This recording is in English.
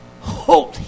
Holy